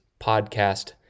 podcast